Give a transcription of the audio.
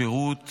לשירות ולמדים.